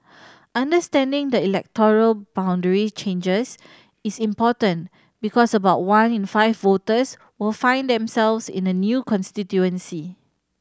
understanding the electoral boundary changes is important because about one in five voters will find themselves in a new constituency